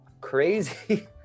crazy